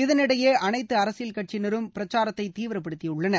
இதளிடையே அனைத்து அரசியல் கட்சியினரும் பிரச்சாரத்தை தீவிரப்படுத்தியுள்ளனர்